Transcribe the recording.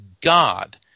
god